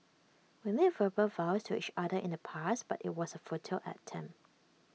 we made verbal vows to each other in the past but IT was A futile attempt